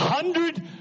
Hundred